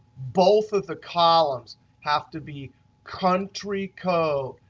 both of the columns have to be country code.